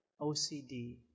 OCD